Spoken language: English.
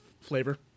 flavor